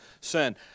sin